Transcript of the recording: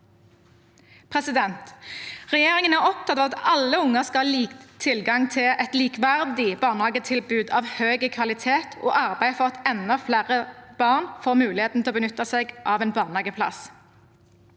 Regjeringen er opptatt av at alle unger skal ha tilgang til et likeverdig barnehagetilbud av høy kvalitet, og arbeider for at enda flere barn får muligheten til å benytte seg av en barnehageplass.